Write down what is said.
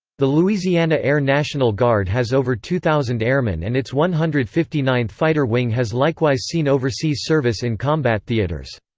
the louisiana air national guard has over two thousand airmen and its one hundred and fifty ninth fighter wing has likewise seen overseas service in combat theaters.